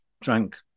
drank